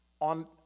on